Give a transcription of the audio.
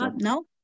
no